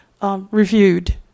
Reviewed